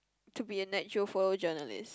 to be a nat-geo photojournalist